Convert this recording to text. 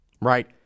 right